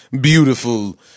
beautiful